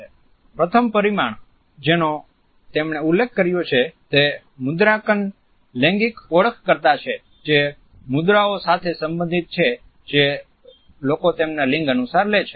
પ્રથમ પરિમાણ જેનો તેમણે ઉલ્લેખ કર્યો છે તે મુદ્રાંકન લૈંગિક ઓળખકર્તા છે જે મુદ્રાઓ સાથે સંબંધિત છે જે લોકો તેમના લિંગ અનુસાર લે છે